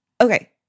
okay